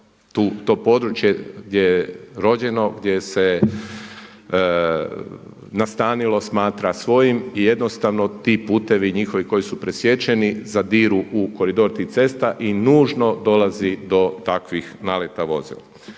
to područje gdje je rođeno, gdje se nastanilo smatra svojim i jednostavno ti putevi njihovi koji su presječeni zadiru u koridor tih cesta i nužno dolazi do takvih naleta vozila.